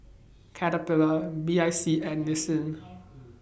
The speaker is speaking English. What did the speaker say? Caterpillar B I C and Nissin